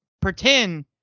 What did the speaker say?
pretend